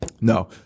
No